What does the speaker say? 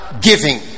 giving